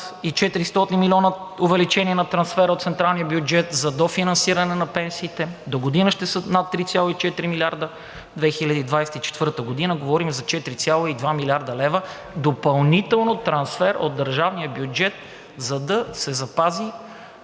и 400 милиона увеличение на трансфера от централния бюджет за дофинансиране на пенсиите, догодина ще са над 3,4 милиарда, 2024 г. говорим за 4,2 млрд. лв. допълнително трансфер от държавния бюджет, за да се запази